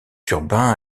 urbain